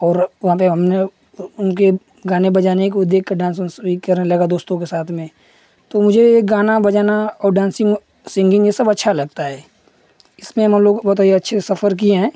और वहाँ पर हमने उनके गाने बजाने को देखकर डान्स वान्स भी करने लगा दोस्तों के साथ में तो मुझे यह गाना बजाना और डान्सिन्ग सिन्गिन्ग यह सब अच्छा लगता है इसमें हमलोग बहुत ही अच्छे से सफ़र किए हैं